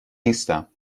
نیستم